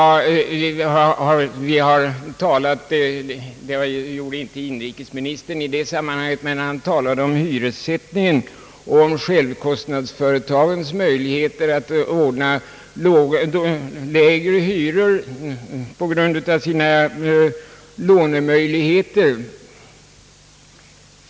Inrikesministern talade om hyressättningen och självkostnadsföretagens möjligheter att ordna lägre hyror på grund av sina lånemöjligheter.